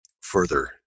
further